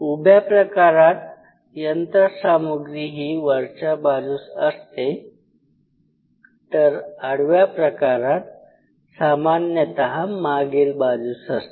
उभ्या प्रकारात यंत्रसामग्री ही वरच्या बाजूस असते तर आडव्या प्रकारात सामान्यतः मागील बाजूस असते